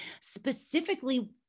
specifically